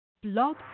Blog